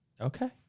Okay